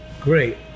great